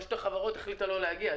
רשות החברות החליטה לא להגיע.